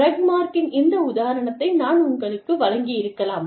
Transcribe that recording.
ரக்மார்க்கின் இந்த உதாரணத்தை நான் உங்களுக்கு வழங்கியிருக்கலாம்